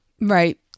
Right